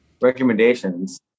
recommendations